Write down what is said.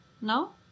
No